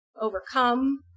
overcome